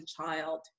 child